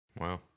Wow